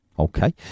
Okay